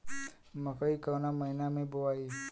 मकई कवना महीना मे बोआइ?